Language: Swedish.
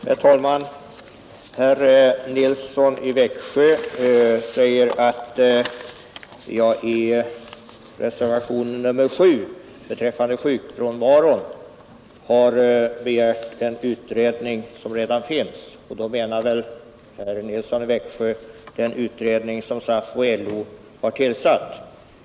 Herr talman! Herr Nilsson i Växjö sade att jag i reservationen 7 beträffande sjukfrånvaron har begärt en utredning som redan finns. Med detta menar väl herr Nilsson den utredning som SAF och LO har tillsatt.